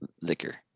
liquor